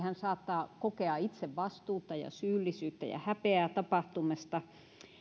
vaan hän saattaa kokea itse vastuuta ja syyllisyyttä ja häpeää tapahtumasta